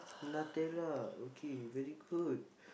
Nutella okay very good